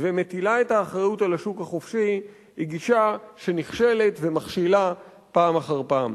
ומטילה את האחריות על השוק החופשי היא גישה שנכשלת ומכשילה פעם אחר פעם.